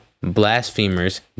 blasphemers